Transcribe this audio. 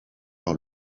par